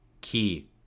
key